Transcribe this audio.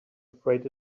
afraid